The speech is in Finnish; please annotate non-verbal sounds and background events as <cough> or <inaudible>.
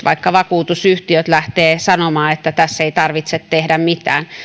<unintelligible> vaikka vakuutusyhtiöt lähtevät sanomaan että tässä ei tarvitse tehdä mitään